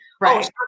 right